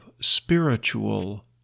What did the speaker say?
spiritual